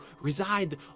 reside